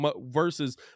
versus